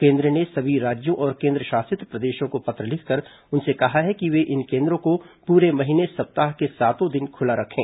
केंद्र ने सभी राज्यों और केंद्रशासित प्रदेशों को पत्र लिखकर उनसे कहा है कि वे इन केंद्रों को पूरे महीने सप्ताह के सातों दिन खुला रखें